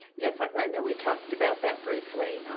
yes, i know we talked about that briefly.